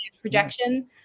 projection